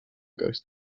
ghost